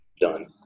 done